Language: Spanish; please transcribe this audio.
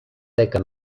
teca